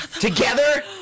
together